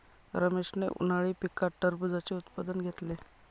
रमेशने उन्हाळी पिकात टरबूजाचे उत्पादन घेतले